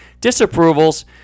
Disapprovals